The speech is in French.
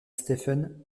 stephen